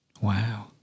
Wow